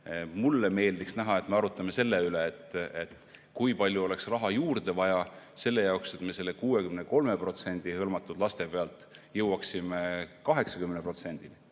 mulle näha, et me arutame selle üle, kui palju oleks raha juurde vaja selle jaoks, et me 63% hõlmatud laste asemel jõuaksime 80%‑ni.